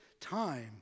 time